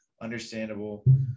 understandable